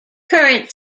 current